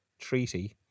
treaty